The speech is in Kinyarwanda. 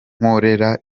nkorera